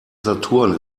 saturn